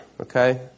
okay